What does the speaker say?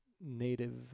native